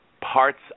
parts